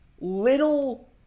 little